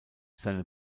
seine